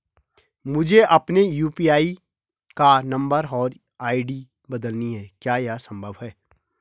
मुझे अपने यु.पी.आई का नम्बर और आई.डी बदलनी है क्या यह संभव है?